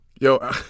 Yo